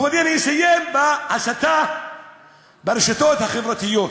מכובדי, אני אסיים בהסתה ברשתות החברתיות.